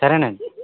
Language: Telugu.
సరేనండి